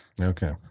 Okay